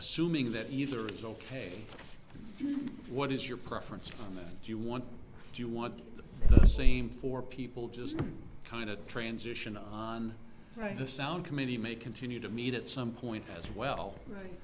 assuming that either is ok what is your preference or do you want do you want the same for people just kind of transitional on the sound committee may continue to meet at some point as well